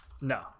No